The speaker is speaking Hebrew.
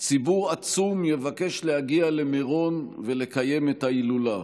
ציבור עצום יבקש להגיע למירון ולקיים את ההילולה.